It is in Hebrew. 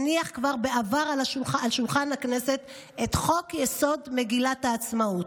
הניח כבר בעבר על שולחן הכנסת את חוק-יסוד: מגילת העצמאות,